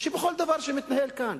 בכל דבר שמתנהל כאן,